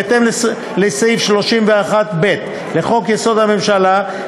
בהתאם לסעיף 31(ב) לחוק-יסוד: הממשלה,